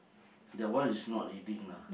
that one is not reading lah